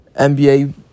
NBA